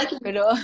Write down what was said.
pero